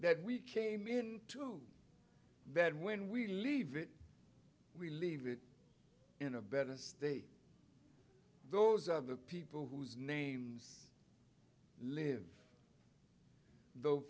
that we came in to bed when we leave it we leave it in a better state those are the people whose names live though